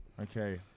Okay